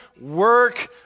work